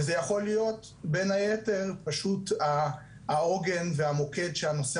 וזה יכול להיות בין היתר פשוט העוגן והמוקד שהנושא